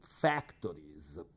factories